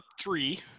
three